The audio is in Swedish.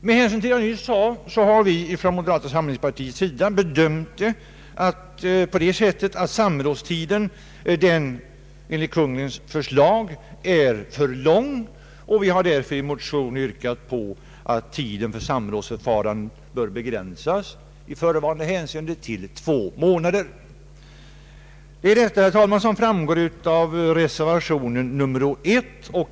Med hänsyn till vad jag nyss sade har vi inom moderata samlingspartiet bedömt det så, att samrådstiden enligt Kungl. Maj:ts förslag är för lång. Vi har därför i motion yrkat att tiden för samrådsförfarandet i förevarande hänseende bör begränsas till två månader. Det är också detta, herr talman, som framgår av reservationen nr 1.